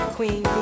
Queen